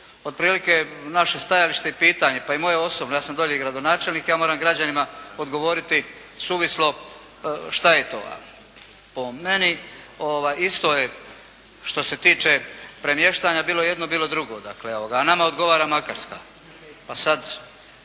otprilike naše stajalište i pitanje pa i moje osobno, ja sam dolje i gradonačelnik, ja moram građanima odgovoriti suvislo što je to. Po meni, isto je što se tiče premještanja, bilo jedno, bilo drugo, dakle nama odgovara Makarska, a sad